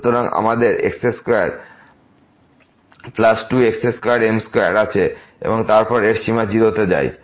সুতরাং আমাদের x22x2m2 আছে এবং তারপর এর সীমা x 0 হয়ে যায়